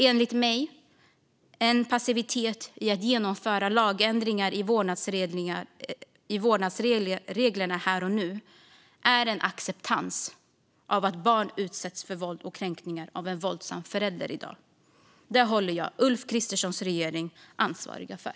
En passivitet i att genomföra lagändringar i vårdnadsreglerna här och nu är enligt mig en acceptans av att barn i dag utsätts för våld och kränkningar av en våldsam förälder. Det håller jag Ulf Kristerssons regering ansvarig för.